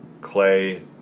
Clay